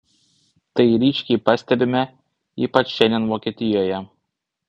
tai ryškiai pastebime ypač šiandien vokietijoje